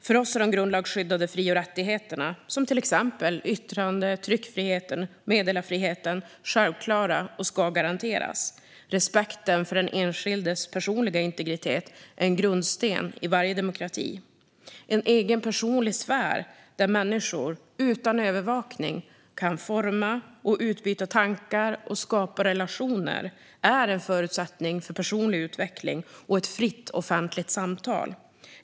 För oss är de grundlagsskyddade fri och rättigheterna, till exempel yttrandefriheten, tryckfriheten och meddelarfriheten, självklara. De ska garanteras. Respekten för den enskildes personliga integritet är en grundsten i varje demokrati. En egen personlig sfär där människor utan övervakning kan forma och utbyta tankar och skapa relationer är en förutsättning för personlig utveckling och ett fritt offentligt samtal.